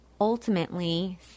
ultimately